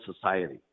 society